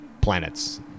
planets